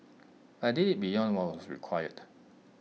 I did IT beyond what was required